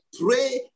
pray